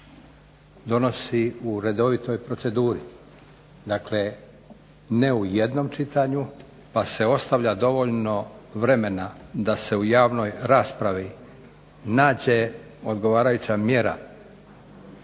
donosi u redovitoj proceduri. Dakle, ne u jednom čitanju, pa se ostavlja dovoljno vremena da se u javnoj raspravi nađe odgovarajuća mjera